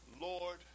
Lord